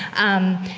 um,